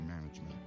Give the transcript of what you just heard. management